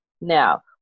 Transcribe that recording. Now